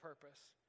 purpose